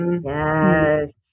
Yes